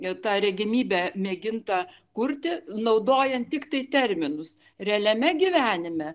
tą regimybę mėginta kurti naudojant tiktai terminus realiame gyvenime